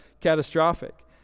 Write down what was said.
catastrophic